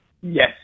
Yes